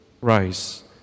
rise